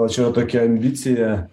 gal čia yra tokia ambicija